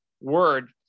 word